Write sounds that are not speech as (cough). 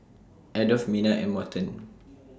Adolf Mena and Morton (noise)